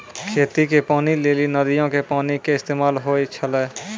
खेती के पानी लेली नदीयो के पानी के इस्तेमाल होय छलै